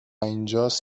اینجاست